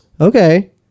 Okay